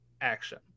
action